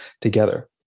together